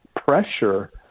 pressure